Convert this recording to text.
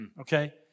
okay